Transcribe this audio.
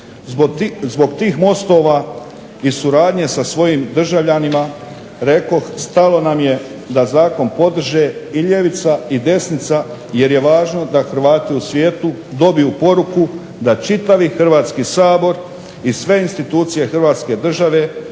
Zbog tih mostova i suradnje sa svojim državljanima rekoh stalo nam je da zakon podrže i ljevica i desnica, jer je važno da Hrvati u svijetu dobiju poruku da čitavi Hrvatski sabor i sve institucije hrvatske države